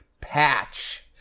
patch